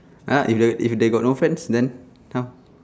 !huh! if there if they got no friend then how